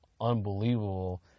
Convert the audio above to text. unbelievable